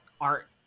art